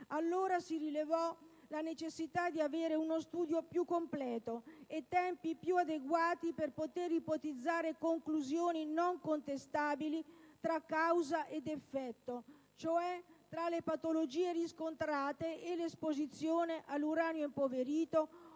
Allora si rilevò la necessità di avere uno studio più completo e tempi più adeguati per poter ipotizzare conclusioni non contestabili tra causa ed effetto, cioè tra le patologie riscontrate e l'esposizione all'uranio impoverito